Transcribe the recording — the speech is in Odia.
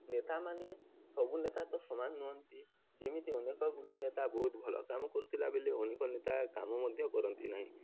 ନେତାମାନେ ସବୁ ନେତା ତ ସମାନ ନୁହଁନ୍ତି ଯେମିତି ଅନେକ ଗୁଡ଼ିଏ ନେତା ବହୁତ ଭଲ କାମ କରୁଥିଲା ବ ବୋଲି ଅନେକ ନେତା କାମ ମଧ୍ୟ କରନ୍ତି ନାହିଁ